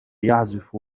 يعزف